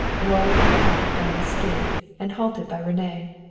rolled and thumped down the street, and halted by rene.